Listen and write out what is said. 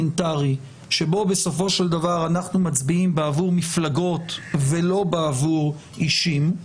שבו בסופו של דבר אנחנו מצביעים בעבור מפלגות ולא בעבור אישים,